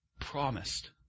promised